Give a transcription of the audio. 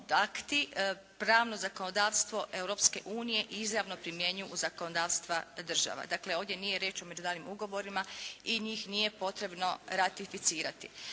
pravno zakonodavstvo Europske unije izravno primjenjuju u zakonodavstva država. Dakle ovdje nije riječ o međunarodnim ugovorima i njih nije potrebno ratificirati.